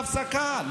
בהפסקה,